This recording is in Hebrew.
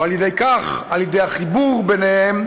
ועל-ידי כך, על-ידי החיבור ביניהם,